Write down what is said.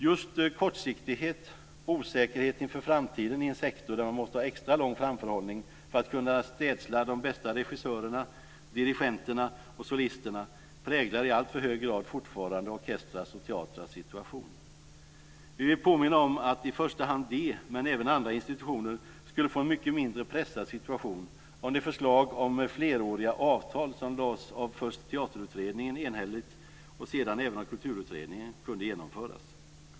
Just kortsiktighet, osäkerhet inför framtiden i en sektor där man måste ha en extra lång framförhållning för att kunna städsla de bästa regissörerna, dirigenterna och solisterna, präglar i alltför hög grad fortfarande orkestrars och teatrars situation. Vi vill påminna om att i första hand de, men även andra institutioner, skulle få en mycket mindre pressad situation om det förslag om fleråriga avtal som lades fram av första Teaterutredningen enhälligt och sedan även av Kulturutredningen, kunde genomföras.